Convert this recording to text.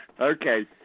Okay